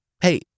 Hey